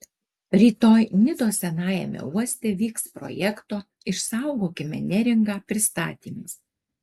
rytoj nidos senajame uoste vyks projekto išsaugokime neringą pristatymas